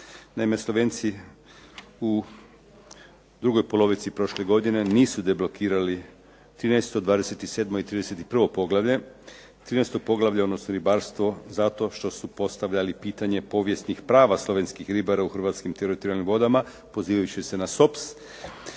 Naime, Slovenci u drugoj polovici prošle godine nisu deblokirali 13., 27. i 31. poglavlje. 13. poglavlje, odnosno Ribarstvo zato što su postavljali pitanje povijesnih prava slovenskih ribara u hrvatskim teritorijalnim vodama, pozivajući se na SOPS.